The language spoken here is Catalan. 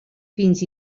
fins